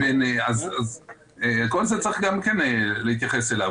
אז הקונספט צריך להתייחס לזה,